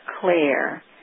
clear